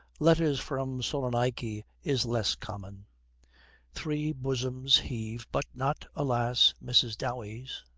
letters from salonaiky is less common three bosoms heave, but not, alas, mrs. dowey's.